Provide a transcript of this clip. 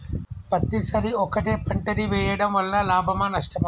పత్తి సరి ఒకటే పంట ని వేయడం వలన లాభమా నష్టమా?